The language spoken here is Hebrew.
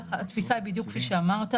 התפיסה היא בדיוק כפי שאמרת.